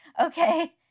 okay